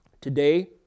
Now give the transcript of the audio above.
today